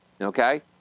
okay